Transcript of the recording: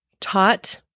taught